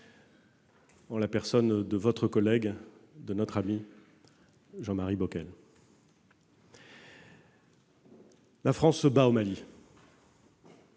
en la personne de votre collègue, de notre ami, Jean-Marie Bockel. La France se bat au Mali.